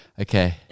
okay